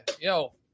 yo